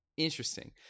interesting